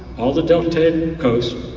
all the del ten coasts,